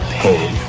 pain